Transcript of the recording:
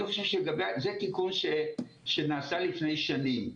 זה תיקון שנעשה לפני שנים.